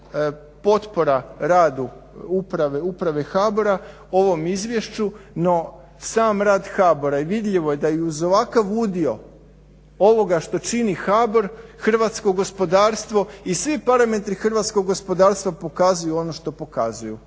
potpora radu Uprave HBOR-a ovom izvješću. No, sam rad HBOR-a i vidljivo je da i uz ovakav udio ovoga što čini HBOR, hrvatsko gospodarstvo i svi parametri hrvatskog gospodarstva pokazuju ono što pokazuju.